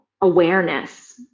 awareness